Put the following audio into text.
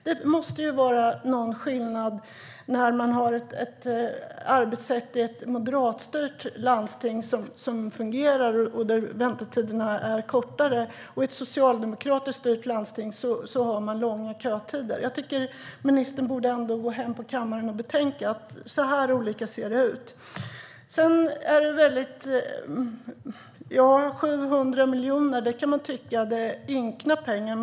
Det måste ju vara en skillnad när man i ett moderatstyrt landsting har ett arbetssätt som fungerar och kortare väntetider medan man i ett socialdemokratiskt styrt landsting har långa kötider. Ministern borde gå hem på kammaren och betänka att det ser så olika ut. Sedan kan man tycka att 700 miljoner är ynka pengar.